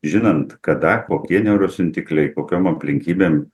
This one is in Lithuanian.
žinant kada kokie neurosiuntikliai kokiom aplinkybėm